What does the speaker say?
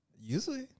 Usually